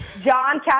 John